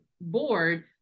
board